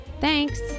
Thanks